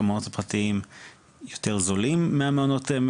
המעונות הפרטיים יותר זולים מהמעונות.